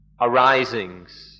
arisings